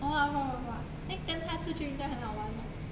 orh !wah! !wah! !wah! then 跟他出去应该很好玩吧